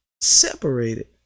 separated